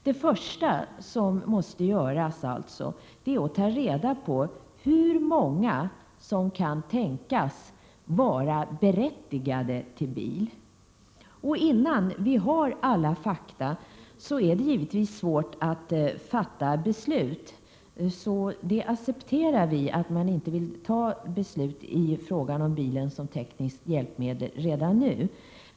Det första som måste göras är att ta reda på hur många som kan tänkas vara berättigade till bil. Innan vi har alla fakta är det givetvis svårt att fatta ett beslut. Vi accepterar att man inte vill fatta beslut i frågan om bil som tekniskt hjälpmedel redan nu.